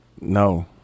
No